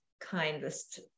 kindest